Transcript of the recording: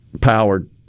powered